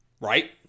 right